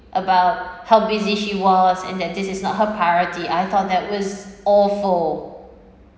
about how busy she was and that this is not her priority I thought that was awful